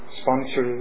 sponsor